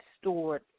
stored